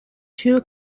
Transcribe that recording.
two